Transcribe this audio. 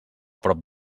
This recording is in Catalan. prop